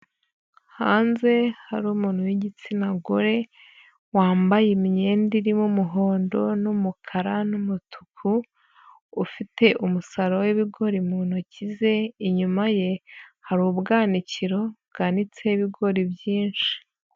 Hanze ha umuntu w'igitsina gore, wambaye imyenda irimo umuhondo, n'umukara, n'umutuku, ufite umusaro wibigori mu ntoki ze, inyuma ye hari ubwanwanakiro bwanitseho ibigori byinshi.